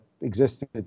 existed